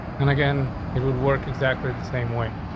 and again it would work exactly the same way.